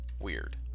weird